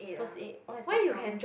first eight what is that call